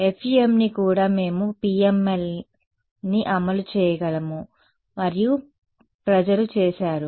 FEM ని కూడా మేము PML ని అమలు చేయగలము మరియు ప్రజలు చేశారు